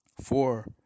four